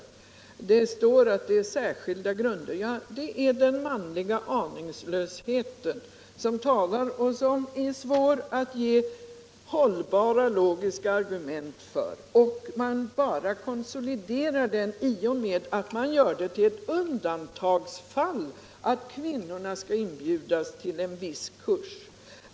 Att det står att det är ”särskilda grunder” visar ju bara den manliga aningslösheten som det är svårt att ge några hållbara logiska argument för. Men man bara konsoliderar den i och med att man gör det till ett undantagsfall att kvinnorna skall inbjudas till en viss kurs.